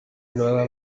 nueva